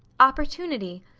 opportunity!